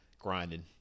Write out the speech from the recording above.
grinding